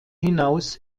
hinaus